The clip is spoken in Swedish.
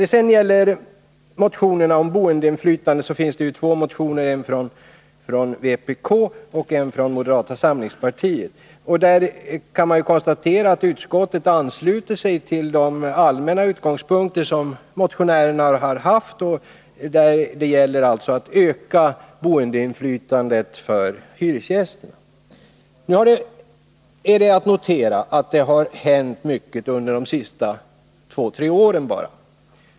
Det finns två motioner om boendeinflytande, en från vänsterpartiet kommunisterna och en från moderata samlingspartiet. Utskottet ansluter sig till motionärernas allmänna utgångspunkter. Det gäller alltså att öka boendeinflytandet för hyresgästerna. Det är att notera att mycket har hänt bara under de senaste två tre åren.